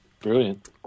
Brilliant